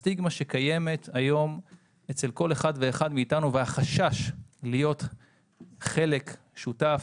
הסטיגמה שקיימת היום אצל כל אחד ואחד מאיתנו והחשש להיות חלק שותף,